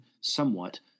somewhat